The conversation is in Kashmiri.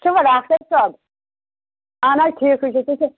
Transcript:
چھُوا ڈاکٹر صٲب اَہَن حظ ٹھیٖکٕے چھُ تُہۍ چھِو